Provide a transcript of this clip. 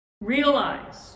realize